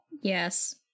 yes